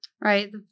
Right